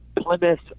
Plymouth